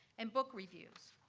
and book reviews.